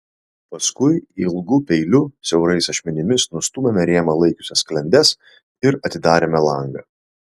paskui ilgu peiliu siaurais ašmenimis nustūmėme rėmą laikiusias sklendes ir atidarėme langą